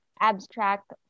Abstract